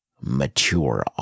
mature